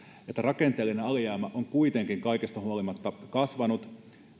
että rakenteellinen alijäämä on kuitenkin kaikesta huolimatta kasvanut